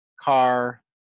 car